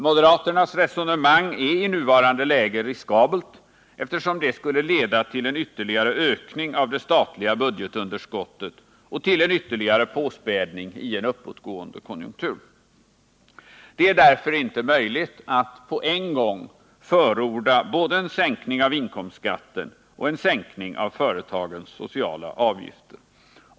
Moderaternas resonemang är i nuvarande läge riskabelt, eftersom det skulle leda till en ytterligare ökning av det statliga budgetunderskottet och till en ytterligare påspädning i en uppåtgående konjunktur. Det är således inte möjligt att på en gång förorda både en sänkning av inkomstskatten och en sänkning av företagens sociala avgifter.